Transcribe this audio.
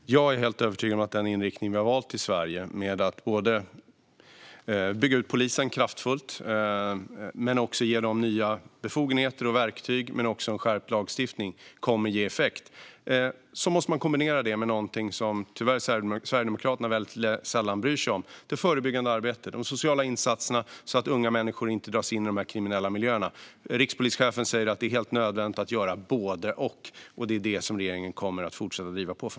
Fru talman! Jag är helt övertygad om att den inriktning vi har valt i Sverige - att inte bara bygga ut polisen kraftfullt och ge dem nya befogenheter och verktyg utan även skärpa lagstiftningen - kommer att ge effekt. Det måste sedan kombineras med någonting som Sverigedemokraterna tyvärr sällan bryr sig om, nämligen det förebyggande arbetet. Det handlar om sociala insatser för att unga människor inte ska dras in i de kriminella miljöerna. Rikspolischefen säger att det är helt nödvändigt att göra både och, och det är det regeringen kommer att driva på för.